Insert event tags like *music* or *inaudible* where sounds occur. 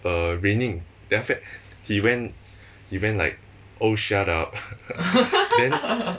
uh raining then after that he went he went like oh shut up *laughs* then